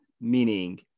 meaning